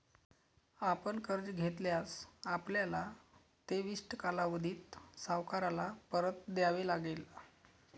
आपण कर्ज घेतल्यास, आपल्याला ते विशिष्ट कालावधीत सावकाराला परत द्यावे लागेल